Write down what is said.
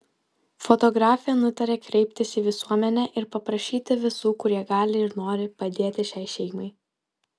fotografė nutarė kreiptis į visuomenę ir paprašyti visų kurie gali ir nori padėti šiai šeimai